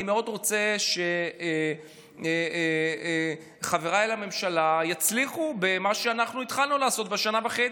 אני מאוד רוצה שחבריי לממשלה יצליחו במה שאנחנו התחלנו לעשות בשנה וחצי,